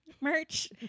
merch